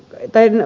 varattuna